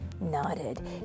nodded